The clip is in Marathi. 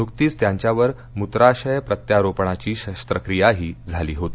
नुकतीच त्यांच्यावर मुत्राशय प्रत्यारोपणाची शस्त्रक्रीयाही झाली होती